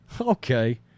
Okay